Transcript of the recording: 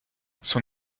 son